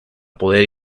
poder